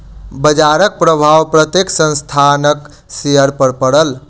बजारक प्रभाव प्रत्येक संस्थानक शेयर पर पड़ल